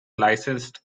licensed